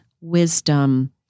wisdom